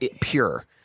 pure